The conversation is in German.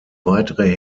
weitere